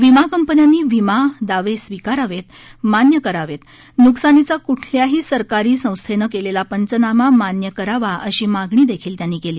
विमा कंपन्यांनी विमा दावे स्वीकारावेत आणि मान्य करावेत नुकसानीचा कुठल्याही सरकारी संस्थेनं केलेला पंचनामा मान्य करावा अशी मागणी देखील त्यांनी केली